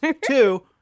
Two